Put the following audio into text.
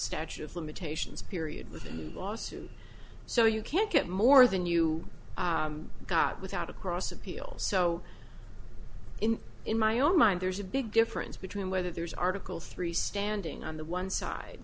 statute of limitations period within the lawsuit so you can't get more than you got without across appeals so in my own mind there's a big difference between whether there's article three standing on the one side